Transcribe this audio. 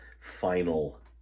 final